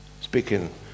speaking